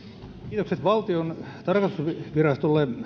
kiitokset valtion tarkastusvirastolle